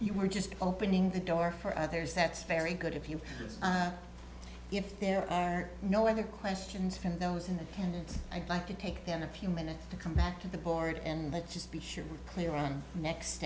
you were just opening the door for others that's very good if you if there are no other questions from those in attendance i'd like to take them a few minutes to come back to the board and let's just be sure clear on next